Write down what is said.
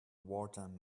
wartime